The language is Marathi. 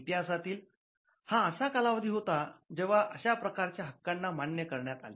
इतिहासातील हा असा कालावधी होता जेव्हा अशा प्रकारच्या हक्कांना मान्य करण्यात आले